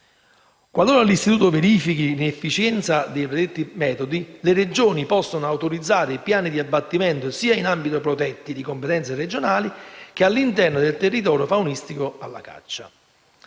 Qualora l'Istituto verifichi l'inefficienza dei predetti metodi, le Regioni possono autorizzare piani di abbattimento sia in ambiti protetti di competenza regionale, che all'interno del territorio fruibile alla caccia.